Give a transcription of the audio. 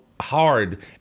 hard